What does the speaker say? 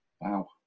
Wow